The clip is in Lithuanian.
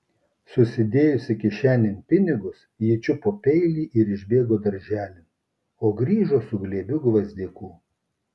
susidėjusi kišenėn pinigus ji čiupo peilį ir išbėgo darželin o grįžo su glėbiu gvazdikų